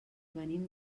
venim